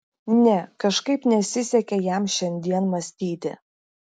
ne kažkaip nesisekė jam šiandien mąstyti